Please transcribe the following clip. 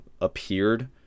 appeared